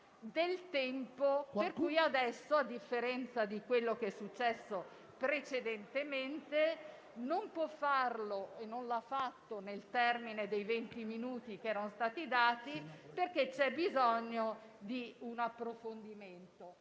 perché adesso, a differenza di quello che è successo precedentemente, non può farlo e non l'ha fatto nel termine dei venti minuti previsti, perché c'è bisogno di un approfondimento.